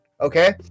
okay